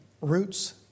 roots